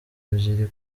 ebyeri